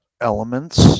Elements